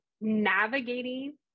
navigating